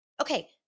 Okay